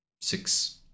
six